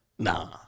Nah